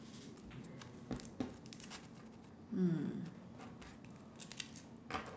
mm